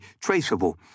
traceable